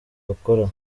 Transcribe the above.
bakora